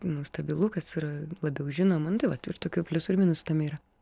nu stabilu kas yra labiau žinoma nu tai vat ir tokių pliusų ir minusų tame yra